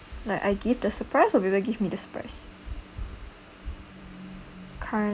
like I give the surprise or people give me the surprise kind of